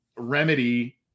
remedy